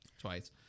Twice